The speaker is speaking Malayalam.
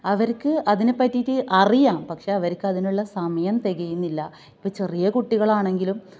അവര്ക്ക് അതിനെപറ്റീട്ട് അറിയാം പക്ഷേ അവര്ക്ക് അതിനുള്ള സമയം തികയുന്നില്ല ഇപ്പോൾ ചെറിയ കുട്ടികളാണെങ്കിലും